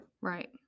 Right